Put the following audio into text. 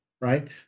right